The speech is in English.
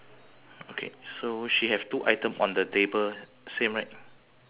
mm correct